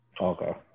Okay